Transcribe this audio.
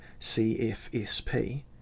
CFSP